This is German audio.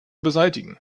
beseitigen